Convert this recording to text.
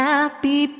Happy